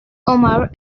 omar